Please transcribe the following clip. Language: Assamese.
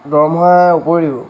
দৰমহাৰ উপৰিও